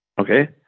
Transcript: Okay